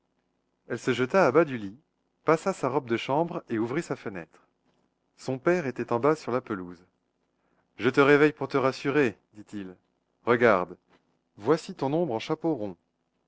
elle se jeta à bas du lit passa sa robe de chambre et ouvrit sa fenêtre son père était en bas sur la pelouse je te réveille pour te rassurer dit-il regarde voici ton ombre en chapeau rond